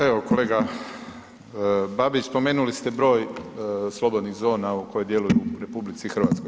Evo kolega Babić, spomenuli ste broj slobodnih zona koje djeluju u RH.